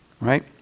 right